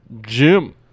Jim